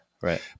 Right